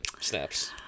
Snaps